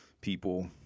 People